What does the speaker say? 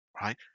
right